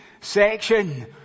section